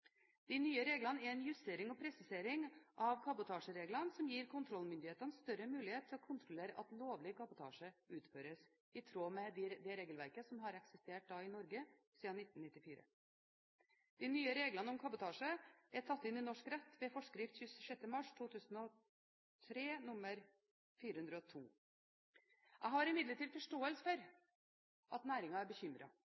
De nye reglene er en justering og presisering av kabotasjereglene som gir kontrollmyndighetene større mulighet til å kontrollere at lovlig kabotasje utføres i tråd med det regelverket som har eksistert i Norge siden 1994. De nye reglene om kabotasje er tatt inn i norsk rett ved forskrift 26. mars 2003 nr. 402. Jeg har imidlertid forståelse